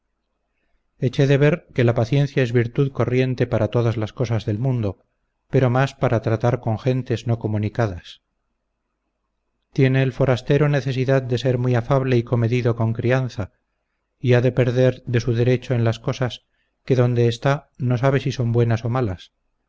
eché de ver que la paciencia es virtud corriente para todas las cosas del mundo pero más para tratar con gentes no comunicadas tiene el forastero necesidad de ser muy afable y comedido con crianza y ha de perder de su derecho en las cosas que donde está no sabe si son buenas o malas